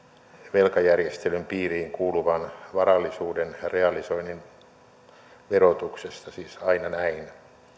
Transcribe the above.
velkajärjestelyn piiriin kuuluvan varallisuuden ja realisoinnin verotuksesta siis aina näin